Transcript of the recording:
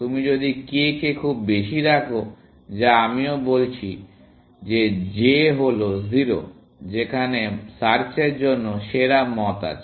তুমি যদি k কে খুব বেশি রাখো যা আমিও বলছি যে j হল 0 সেখানে সার্চের জন্য সেরা মত আছে